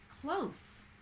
close